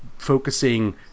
Focusing